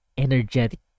energetic